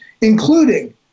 including